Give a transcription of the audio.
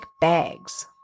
bags